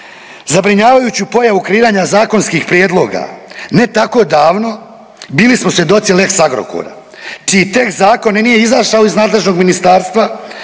zabrinjavajuću pojavu kreiranja zakonskih prijedloga. Ne tako davno bili smo svjedoci lex Agrokora čiji tekst zakona nije izašao iz nadležnog ministarstva